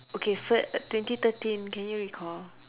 okay fir~ twenty thirteen can you recall